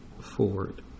forward